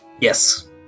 Yes